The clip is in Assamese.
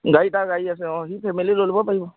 গাড়ী তাৰ গাড়ী আছে অঁ সি ফেমিলি লৈ ল'ব পাৰিব